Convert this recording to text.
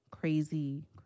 crazy